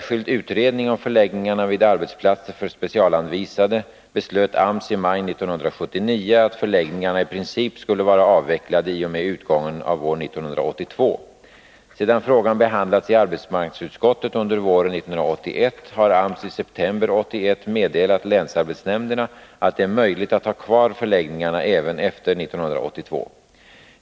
Sedan frågan behandlats i arbetsmarknadsutskottet under våren 1981 har AMS i september 1981 meddelat länsarbetsnämnderna att det är möjligt att ha kvar förläggningarna även efter år 1982.